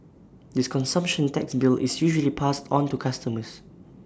this consumption tax bill is usually passed on to customers